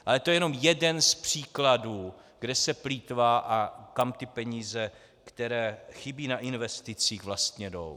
Ale to je jenom jeden z příkladů, kde se plýtvá a kam ty peníze, které chybí na investicích, vlastně jdou.